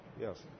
Yes